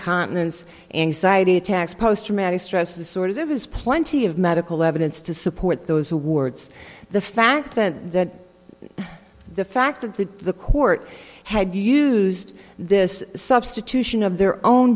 continence anxiety attacks post traumatic stress disorder there is plenty of medical evidence to support those awards the fact that the fact that the the court had used this substitution of their own